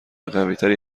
قویتری